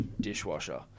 dishwasher